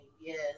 Yes